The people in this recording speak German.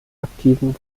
aktiven